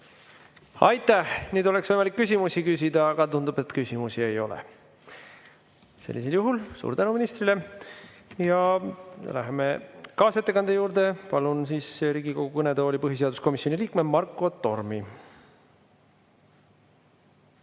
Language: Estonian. Aitäh! Nüüd on võimalik küsimusi küsida, aga tundub, et küsimusi ei ole. Sellisel juhul suur tänu ministrile ja läheme kaasettekande juurde. Palun Riigikogu kõnetooli põhiseaduskomisjoni liikme Marko Tormi.